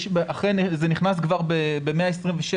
זה נכנס כבר ב-126,